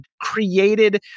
created